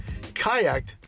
kayaked